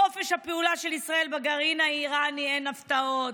חופש הפעולה של ישראל בגרעין האיראני, אין הפתעות.